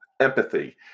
empathy